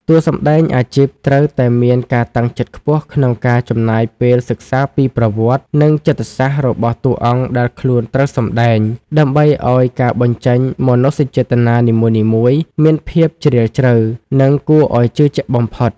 តួសម្ដែងអាជីពត្រូវតែមានការតាំងចិត្តខ្ពស់ក្នុងការចំណាយពេលសិក្សាពីប្រវត្តិ និងចិត្តសាស្ត្ររបស់តួអង្គដែលខ្លួនត្រូវសម្ដែង ដើម្បីឱ្យការបញ្ចេញមនោសញ្ចេតនានីមួយៗមានភាពជ្រាលជ្រៅ និងគួរឱ្យជឿជាក់បំផុត។